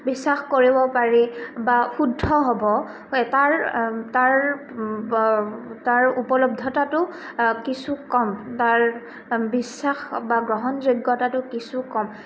বিশ্বাস কৰিব পাৰি বা শুদ্ধ হ'ব তাৰ তাৰ তাৰ উপলব্ধতাটো কিছু কম তাৰ বিশ্বাস বা গ্ৰহণযোগ্যতাটো কিছু কম